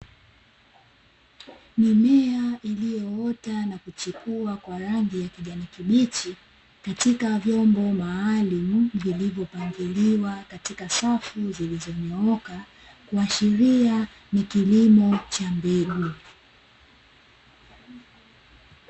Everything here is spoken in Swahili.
Mimea iliyoota na kuchipua kwa rangi ya kijani kibichi katika vyombo maalumu vilivyopangiliwa katika safu zilizonyooka, kuashiria ni kilimo cha mbegu.